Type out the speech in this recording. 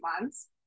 months